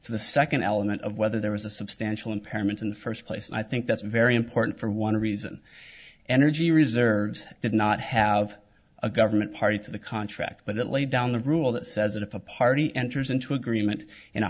to the second element of whether there was a substantial impairment in the first place i think that's very important for one reason energy reserves did not have a government party to the contract but it laid down the rule that says if a party enters into